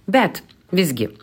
bet visgi